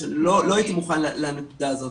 כי לא הייתי מוכן לנקודה הזאת,